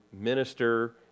minister